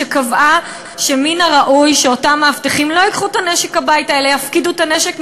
וקבעה שמן הראוי שמאבטחים לא ייקחו את הנשק הביתה אלא יפקידו את הנשק,